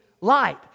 light